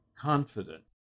confident